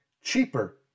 cheaper